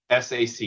SAC